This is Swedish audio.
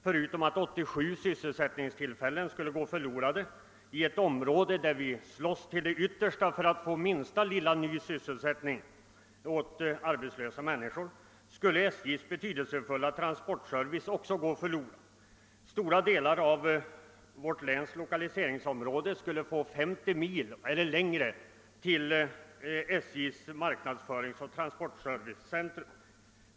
Förutom att 87 arbetstillfällen skulle gå förlora de i ett område, där vi slåss till det yttersta för att få minsta lilla tillskott av sysselsättning åt arbetslösa människor, skulle SJ:s betydelsefulla transportservice också gå förlorad. Stora delar av vårt läns lokaliseringsområde skulle få 50 mil eller längre till SJ:s marknadsföringsoch transportservicecentrum.